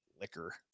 liquor